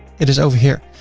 it is over here.